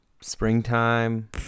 Springtime